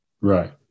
Right